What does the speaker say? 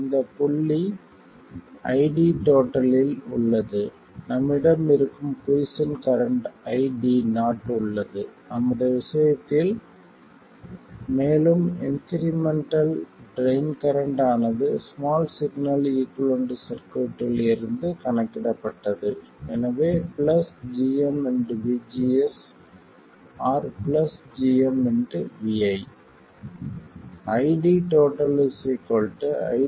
இந்தப் புள்ளி ID யில் உள்ளது நம்மிடம் இருக்கும் குய்சென்ட் கரண்ட் ID0 உள்ளது நமது விஷயத்தில் மேலும் இன்க்ரீமென்ட்டல் ட்ரைன் கரண்ட் ஆனது ஸ்மால் சிக்னல் ஈகுவலன்ட் சர்க்யூட்டில் இருந்து கணக்கிடப்பட்டது எனவே plus gm vGS or plus gm vi